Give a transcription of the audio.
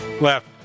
left